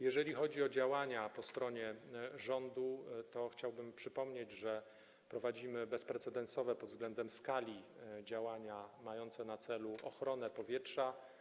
Jeżeli chodzi o działania rządu, to chciałbym przypomnieć, że prowadzimy bezprecedensowe pod względem skali działania mające na celu ochronę powietrza.